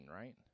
right